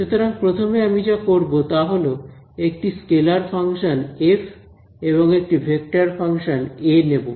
সুতরাং প্রথমে আমি যা করব তা হল একটি স্কেলার ফাংশন এফ এবং একটি ভেক্টর ফাংশন এ নেব